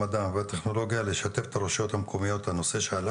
המדע והטכנולוגיה לשתף את הרשויות המקומיות לנושא שעלה